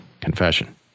Confession